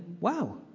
wow